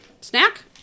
snack